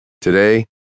Today